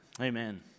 Amen